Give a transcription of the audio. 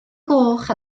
gloch